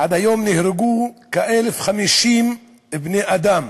ועד היום נהרגו כ-1,050 בני אדם